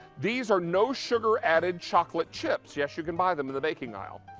these are no sugar added chocolate chips. yes you can buy them in the baking i'll.